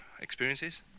experiences